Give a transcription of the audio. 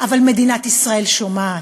אבל מדינת ישראל שומעת,